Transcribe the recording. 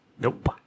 Nope